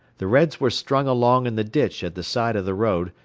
the reds were strung along in the ditch at the side of the road,